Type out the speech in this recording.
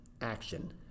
action